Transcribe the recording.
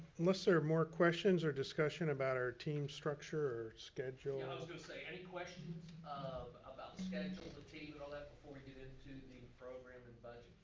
unless there are more questions or discussion about our team structure or schedule. yeah, i was gonna say, any questions about scheduling the team and all that before we get into the program and budget?